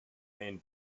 main